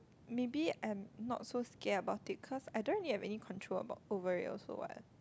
maybe I'm not so scared about it cause I don't really have any control about over it also what